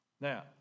Now